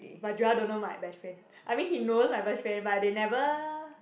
but Joel don't know my best friend I mean he knows my best friend but they never